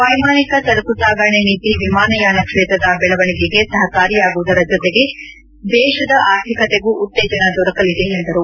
ವೈಮಾನಿಕ ಸರಕು ಸಾಗಾಣೆ ನೀತಿ ವಿಮಾನಯಾನ ಕ್ಷೇತ್ರದ ಬೆಳವಣಿಗೆಗೆ ಸಹಕಾರಿಯಾಗುವುದರ ಜೊತೆಗೆ ದೇಶದ ಆರ್ಥಿಕತೆಗೂ ಉತ್ತೇಜನ ದೊರಕಲಿದೆ ಎಂದರು